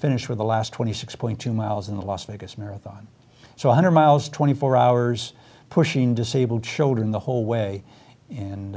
finished for the last twenty six point two miles in the las vegas marathon so one hundred miles twenty four hours pushing disabled children the whole way and